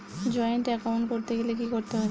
Joint account করতে গেলে কি করতে হবে?